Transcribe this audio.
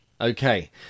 Okay